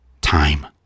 Time